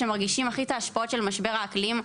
שהכי מרגישים את ההשפעות של משבר האקלים,